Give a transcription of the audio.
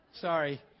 Sorry